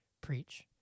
Preach